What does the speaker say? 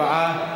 4,